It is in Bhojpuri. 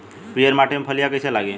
पीयर माटी में फलियां कइसे लागी?